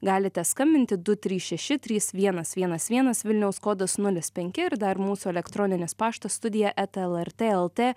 galite skambinti du trys šeši trys vienas vienas vienas vilniaus kodas nulis penki ir dar mūsų elektroninis paštas studija eta lrt lt